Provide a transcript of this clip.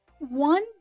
One